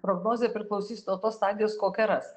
prognozė priklausys nuo tos stadijos kokią ras